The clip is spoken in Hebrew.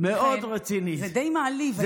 זה די מעליב.